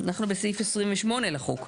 אנחנו בסעיף 28 לחוק.